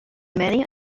many